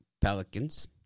Pelicans